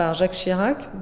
um jacques chirac,